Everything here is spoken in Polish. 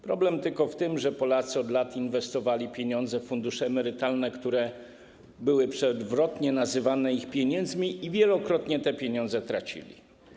Problem tylko w tym, że Polacy od lat inwestowali pieniądze w fundusze emerytalne, które były przewrotnie nazywane ich pieniędzmi, i wielokrotnie te pieniądze tracili.